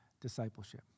discipleship